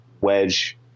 wedge